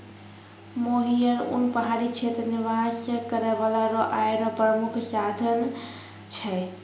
मोहियर उन पहाड़ी क्षेत्र निवास करै बाला रो आय रो प्रामुख साधन छै